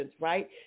right